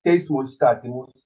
teismo įstatymus